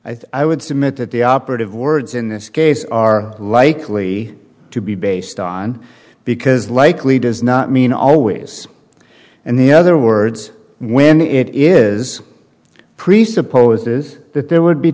thought i would submit that the operative words in this case are likely to be based on because likely does not mean always and the other words when it is presupposes that there would be